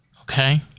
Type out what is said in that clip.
okay